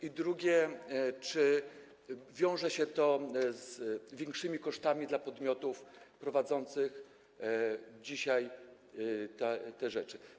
I drugie pytanie: Czy wiąże się to z większymi kosztami dla podmiotów prowadzących dzisiaj te rzeczy?